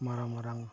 ᱢᱟᱨᱟᱝ ᱢᱟᱨᱟᱝ